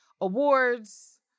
awards